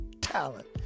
talent